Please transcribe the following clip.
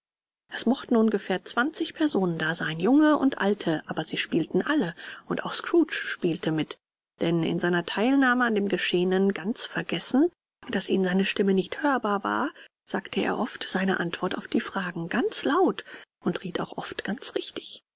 es mochten ungefähr zwanzig personen da sein junge und alte aber sie spielten alle und auch scrooge spielte mit denn in seiner teilnahme an dem geschehenen ganz vergessend daß ihnen seine stimme nicht hörbar war sagte er oft seine antwort auf die fragen ganz laut und riet auch oft ganz richtig